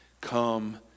Come